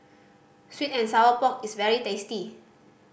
sweet and sour pork is very tasty